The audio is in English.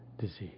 disease